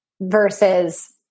versus